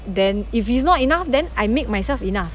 then if it's not enough then I make myself enough